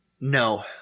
No